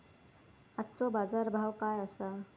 आजचो बाजार भाव काय आसा?